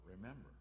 remember